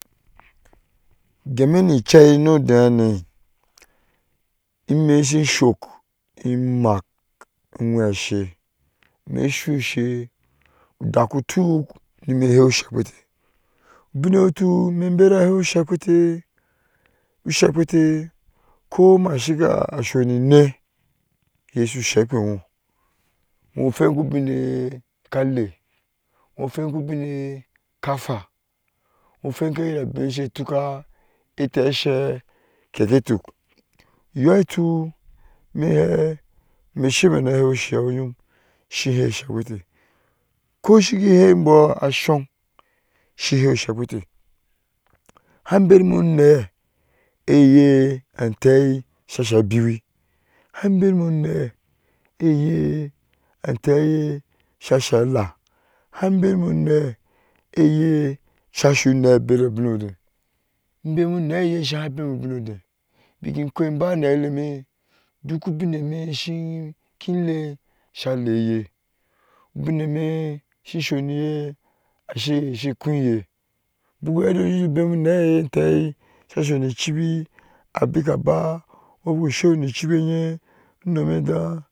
Gemi ni icei ni odɛɛ hane ime shin shɔɔk imanak uŋweshe, me inshu ushe udaku tuk ni me ihea ushek peteh ubineye shu tuk ime inbera a hei ushekptah, ushekpeteh. koma shika a sho nine iye ashu shekpeno no hwennu ubineye ka leeno hwen ku ubinge yo ka hwa ŋo hwenke yere abin she tuka ete ashe keke tuk iyoi tuk ime ihɛɛ ime sheme na ahɛi usheu nyom, shi hea ushekpeteh ko shiki hea mboo ashong shi n hɛɛ ushekpeteh ham berime unɛɛ eye antɛɛi shasha biwi, han berime unee eye antɛɛi shaha alaa han berime unɛɛ eye asha unɛɛ a beri abin odɛɛ ibemi unɛɛ eye ashaa bermi ubang odɛɛ bikin koh inba ni ahɛi eme duk ubin eme kinlee asha lɛɛi iye ubineme shin shonwe asha khui yeh bukuheti ushujuu bani unee iye etɛɛei sha shomi icibi abika baa ŋo buku sheno ni kibi nyeh unoni edaa.